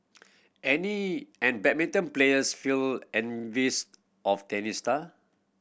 any and badminton players feel envious off tennis star